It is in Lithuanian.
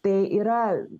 tai yra